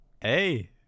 Hey